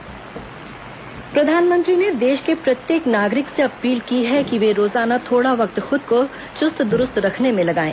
प्रधानमंत्री योग अपील प्रधानमंत्री ने देश के प्रत्येक नागरिक से अपील की है कि वे रोजाना थोड़ा वक्त खुद को चुस्त दुरस्त रखने में लगाएं